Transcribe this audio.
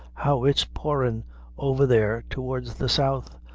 how it's poorin' over there towards the south